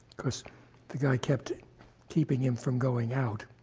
because the guy kept keeping him from going out.